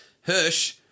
Hirsch